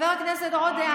חבר הכנסת עודה,